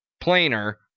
planer